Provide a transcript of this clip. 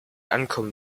ankommen